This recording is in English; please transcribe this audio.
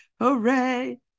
Hooray